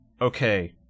Okay